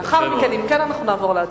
ולאחר מכן, אם כן, אנחנו נעבור להצבעה.